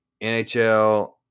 NHL